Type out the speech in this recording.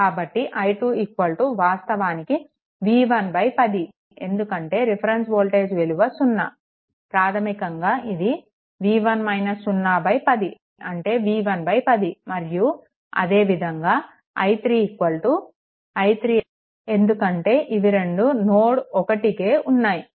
కాబట్టి i2 వాస్తవానికి v1 10 ఎందుకంటే రిఫరెన్స్ వోల్టేజ్ విలువ 0 ప్రాధమికంగా ఇది v1 - 0 10 అంటే v1 10 మరియు అదే విధంగా i3 i3 ఎందుకంటే ఇవి రెండు నోడ్ 1కే ఉన్నాయి